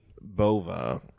bova